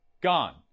gone